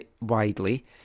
widely